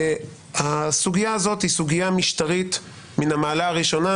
והסוגיה הזאת היא סוגיה משטרית מן המעלה הראשונה,